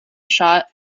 shot